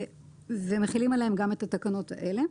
ומחילים עליהם גם את התקנות האלה.